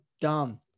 dumb